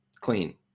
clean